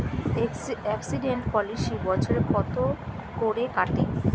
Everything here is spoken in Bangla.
এক্সিডেন্ট পলিসি বছরে কত করে কাটে?